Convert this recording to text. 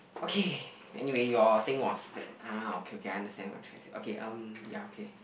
okay anyway your thing was that ah okay okay I understand what you trying to say okay um ya okay